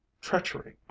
treachery